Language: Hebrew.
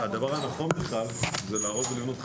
הדבר הנכון הוא להרוס ולבנות מחדש,